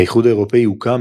האיחוד האירופי הוקם,